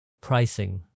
Pricing